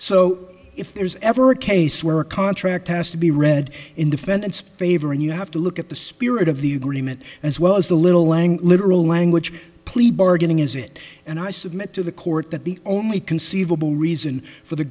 so if there's ever a case where a contract has to be read in defendant's favor and you have to look at the spirit of the remit as well as the little lang literal language plea bargaining is it and i submit to the court that the only conceivable reason for the